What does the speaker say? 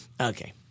Okay